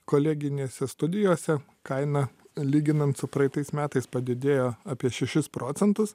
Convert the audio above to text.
koleginėse studijose kaina lyginant su praeitais metais padidėjo apie šešis procentus